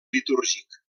litúrgic